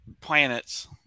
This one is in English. planets